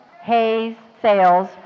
Hayes-Sales